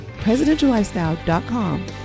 presidentiallifestyle.com